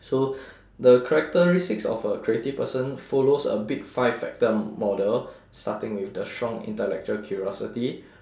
so the characteristics of a creative person follows a big five factor model starting with the strong intellectual curiosity